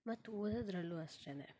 ಮತ್ತು ಓದೋದ್ರಲ್ಲೂ ಅಷ್ಟೆ